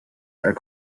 are